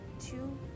two